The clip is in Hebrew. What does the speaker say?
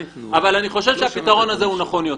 אבל אני חושב שהפתרון הזה הוא נכון יותר,